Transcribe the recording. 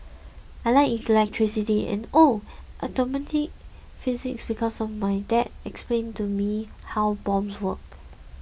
I like electricity and oh atomic physics because my dad explained to me how bombs work